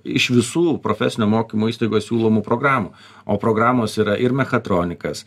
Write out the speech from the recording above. iš visų profesinio mokymo įstaigoj siūlomų programų o programos yra ir mechatronikas